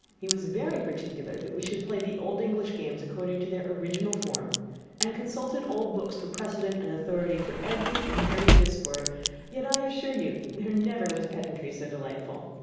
he was very particular that we should play the old english games according to their original form and consulted old books for precedent and authority for every merrie disport yet i assure you there never was pedantry so delightful.